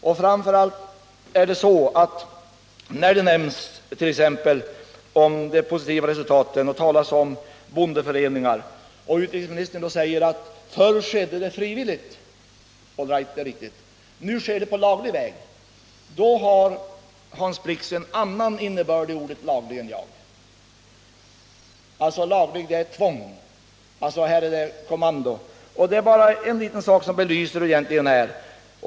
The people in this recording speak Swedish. När de positiva resultaten nämns och man t.ex. talar om bondeföreningar säger utrikesministern att dessa förr tillkom på frivillig väg — det är riktigt — och nu sker det på laglig väg. Då lägger Hans Blix en annan innebörd i ordet laglig än jag gör, nämligen att laglig är detsamma som tvång, ett kommando. Det är bara en liten sak som belyser situationen.